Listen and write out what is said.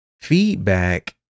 feedback